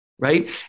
right